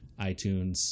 iTunes